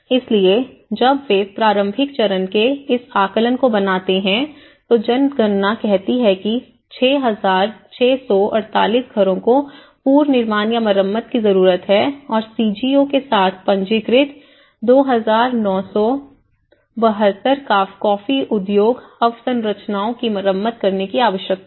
इसलिए जब वे प्रारंभिक चरण के इस आकलन को बनाते हैं तो जनगणना कहती है कि 6648 घरों को पुनर्निर्माण या मरम्मत की जरूरत है और सीजीओ के साथ पंजीकृत 2972 कॉफी उद्योग अवसंरचनाओं की मरम्मत करने की आवश्यकता है